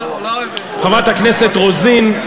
חברת הכנסת רוזין,